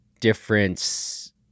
difference